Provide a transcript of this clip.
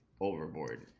overboard